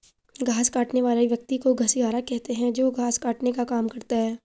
घास काटने वाले व्यक्ति को घसियारा कहते हैं जो घास काटने का काम करता है